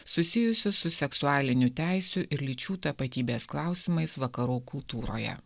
susijusius su seksualinių teisių ir lyčių tapatybės klausimais vakarų kultūroje